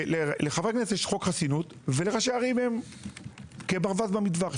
לחברי כנסת יש חוק חסינות וראשי ערים כברווז במטווח,